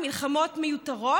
הן מלחמות מיותרות?